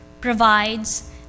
provides